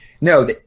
No